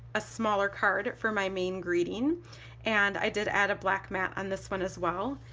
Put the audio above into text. a smaller card for my main greeting and i did add a black mat on this one as well,